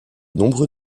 nombreux